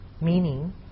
meaning